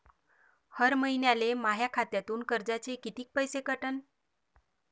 हर महिन्याले माह्या खात्यातून कर्जाचे कितीक पैसे कटन?